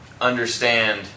understand